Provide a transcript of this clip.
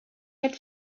had